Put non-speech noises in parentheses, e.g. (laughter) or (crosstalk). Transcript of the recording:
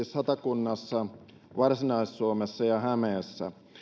(unintelligible) satakunnassa varsinais suomessa ja hämeessä